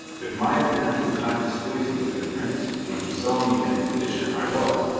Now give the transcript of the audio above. if my appearance was not displeasing to the prince when he saw me in the condition i was,